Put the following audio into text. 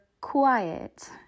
quiet